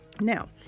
Now